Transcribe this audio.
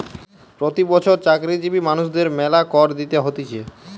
প্রতি বছর চাকরিজীবী মানুষদের মেলা কর দিতে হতিছে